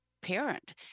parent